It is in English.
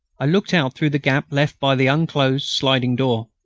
i looked out through the gap left by the unclosed sliding door.